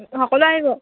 সকলোৱে আহিব